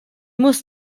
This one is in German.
muss